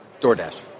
DoorDash